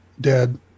dead